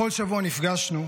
בכל שבוע נפגשנו,